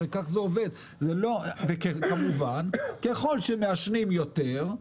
ככה זה עובד וכמובן שככל שמעשנים יותר,